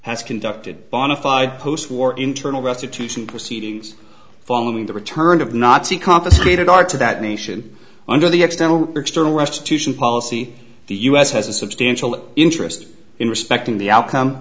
has conducted bonafide post war internal restitution proceedings following the return of nazi confiscated art to that nation under the external external restitution policy the us has a substantial interest in respecting the outcome